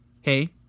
hey